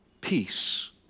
peace